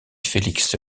félix